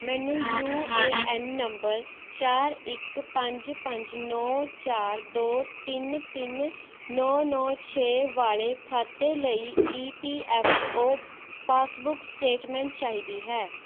ਮੈਨੂੰ U A N ਨੰਬਰ ਚਾਰ ਇੱਕ ਪੰਜ ਪੰਜ ਨੌਂ ਚਾਰ ਦੋ ਤਿੰਨ ਤਿੰਨ ਨੌਂ ਨੌਂ ਛੇ ਵਾਲੇ ਖਾਤੇ ਲਈ E P F O passbook statement ਚਾਹੀਦੀ ਹੈ